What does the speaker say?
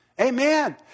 Amen